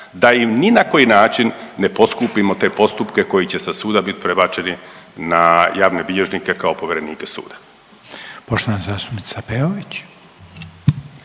da im ni na koji način ne poskupimo te postupke koji će sa suda bit prebačeni na javne bilježnike kao povjerenike suda.